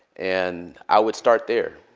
and i would start there.